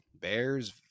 Bears